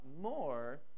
more